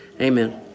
amen